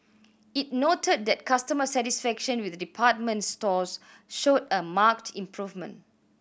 it noted that customer satisfaction with department stores showed a marked improvement